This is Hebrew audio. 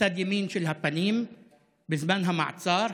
בצד ימין של הפנים מזמן המעצר,